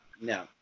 No